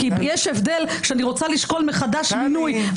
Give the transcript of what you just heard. כי יש הבדל כשאני רוצה לשקול מחדש מינוי,